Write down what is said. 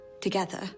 together